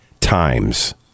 times